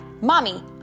mommy